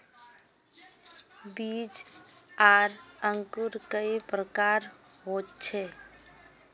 बीज आर अंकूर कई प्रकार होचे?